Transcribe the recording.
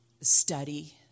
study